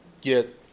get